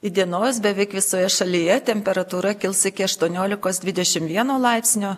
įdienojus beveik visoje šalyje temperatūra kils iki aštuoniolikos dvidešim vieno laipsnio